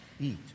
eat